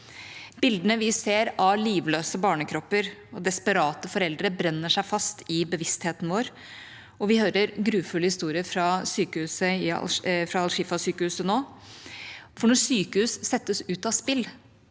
Bildene vi ser av livløse barnekropper og desperate foreldre, brenner seg fast i bevisstheten vår, og vi hører grufulle historier fra Al-Shifa-sykehuset nå. Når sykehus settes ut av spill,